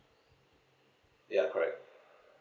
ya correct